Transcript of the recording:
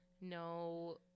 no